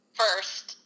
first